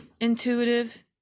Intuitive